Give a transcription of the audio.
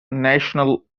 national